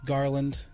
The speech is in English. Garland